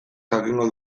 jakingo